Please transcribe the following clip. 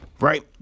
right